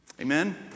Amen